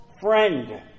friend